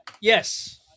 Yes